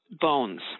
bones